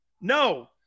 No